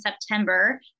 September